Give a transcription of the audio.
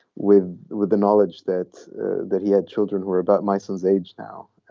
with with the knowledge that that he had children who were about my son's age now